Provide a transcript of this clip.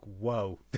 whoa